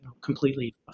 completely